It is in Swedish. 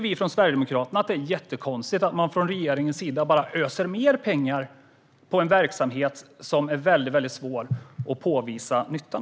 Vi från Sverigedemokraterna tycker att det är konstigt att regeringen bara öser mer pengar på en verksamhet där det är svårt att påvisa nyttan.